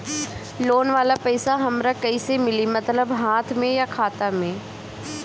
Loan वाला पैसा हमरा कइसे मिली मतलब हाथ में या खाता में?